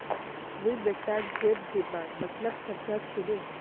मुई बेटाक गैप बीमार मतलब समझा छिनु